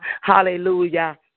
Hallelujah